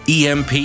EMP